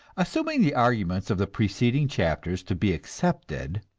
assuming the argument of the preceding chapters to be accepted,